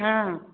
हँ